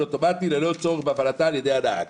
אוטומטי ללא צורך בהפעלתה על ידי הנהג"?